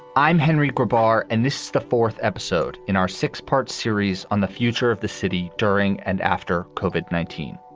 i'm henry goodbar and this is the fourth episode in our six part series on the future of the city during and after kovik nineteen.